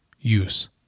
use